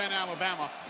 Alabama